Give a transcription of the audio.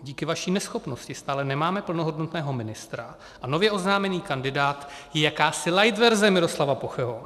Díky vaší neschopnosti stále nemáme plnohodnotného ministra a nově oznámený kandidát je jakási light verze Miroslava Pocheho.